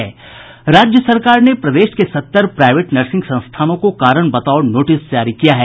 राज्य सरकार ने प्रदेश के सत्तर प्राईवेट नर्सिंग संस्थानों को कारण बताओ नोटिस जारी किया है